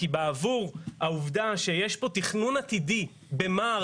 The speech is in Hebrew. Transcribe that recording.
כי בעבור העובדה שיש פה תכנון עתידי במע"ר